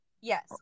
Yes